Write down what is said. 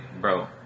bro